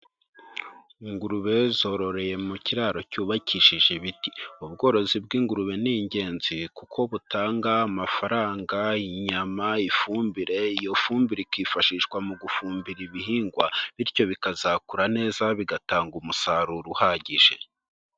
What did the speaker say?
Ingurube zororeye mu kiraro cyubakishije ibiti, ubworozi bw'ingurube ni ingenzi kuko butanga amafaranga, inyama, ifumbire, iyo fumbire ikifashishwa mu gufumbira ibihingwa, bityo bikazakura neza bigatanga umusaruro uhagije.